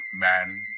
man